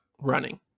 running